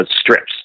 strips